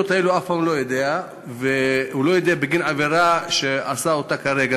הוא לא יודע כמה נקודות מקבלים בגין העבירה שהוא עשה באותו הרגע,